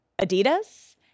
Adidas